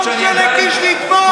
טיבי לא מרשה לו לתמוך,